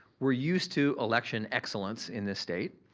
we're used to election excellence in this state,